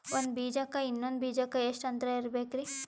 ಒಂದ್ ಬೀಜಕ್ಕ ಇನ್ನೊಂದು ಬೀಜಕ್ಕ ಎಷ್ಟ್ ಅಂತರ ಇರಬೇಕ್ರಿ?